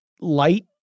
light